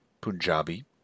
Punjabi